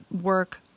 work